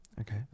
Okay